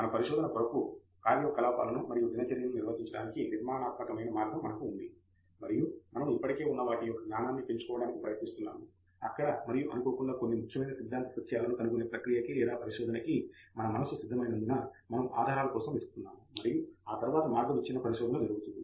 మన పరిశోధన కోరకు కార్యకలాపాలను మరియు దినచర్యలు నిర్వహించడానికి నిర్మాణాత్మక మార్గం మనకు ఉంది మరియు మనము ఇప్పటికే ఉన్న వాటి యొక్క జ్ఞానాన్ని పెంచుకోవడానికి ప్రయత్నిస్తున్నాము అక్కడ మరియు అనుకోకుండా కొన్ని ముఖ్యమైన సిద్ధాంత సత్యాలను కనుగొనే ప్రక్రియకి లేదా పరిశోధనకి మన మనస్సు సిద్ధమైనందున మనము ఆధారాల కోసం వెతుకుతున్నాము మరియు ఆ తరువాత మార్గ విచ్ఛిన్న పరిశోధన జరుగుతుంది